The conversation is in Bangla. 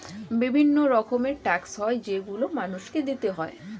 বিভিন্ন রকমের ট্যাক্স হয় যেগুলো মানুষকে দিতে হয়